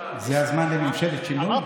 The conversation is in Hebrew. הזמן לממשלת שינוי?